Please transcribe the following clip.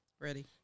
Ready